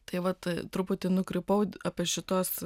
tai vat truputį nukrypau apie šituos